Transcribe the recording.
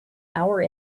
our